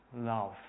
love